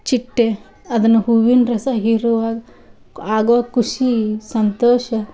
ಚಿಟ್ಟೆ ಅದನ್ನ ಹೂವಿನ ರಸ ಹೀರುವಾಗ ಆಗೋ ಖುಷಿ ಸಂತೋಷ